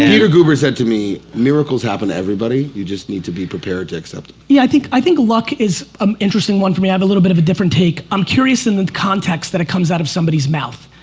and peter guber said to me miracles happen to everybody, you just need to be prepared to accept em. yeah, i think luck is an interesting one for me. i have a little bit of a different take. i'm curious in the context that it comes out of somebodies mouth.